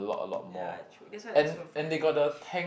ya true that's why they are so fucking rich